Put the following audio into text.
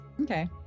Okay